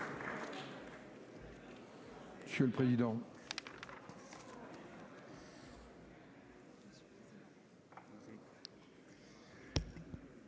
Monsieur le président,